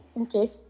Okay